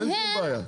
אין שום בעיה.